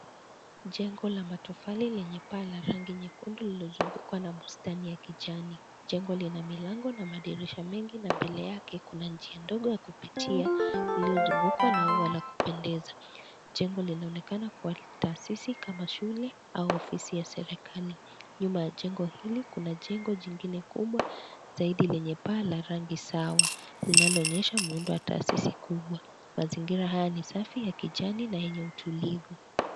Jengo la matofali lenye paa la rangi nyekundu lililozungukwa na bustani ya kijani. Jengo lina milango na madirisha mengi na mbele yake kuna njia ndogo ya kupitia iliyozungukwa na uwa wa kupendeza. Jengo linaonekana kuwa taasisi kama shule au ofisi ya serikai. Nyuma ya jengo hili kuna jengo jingine kubwa zaidi lenye paa la rangi sawalinaloonyesha muundo wa taasisi kubwa. Mazingira haya ni safi ya kijani na yenye utulivu.